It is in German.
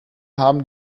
haben